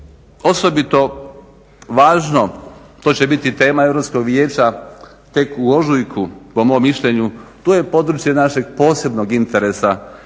osobito važno, to će biti tema Europskog vijeća tek u ožujku po mom mišljenju, tu je područje našeg posebnog interesa.